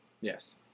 Yes